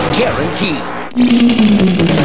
guaranteed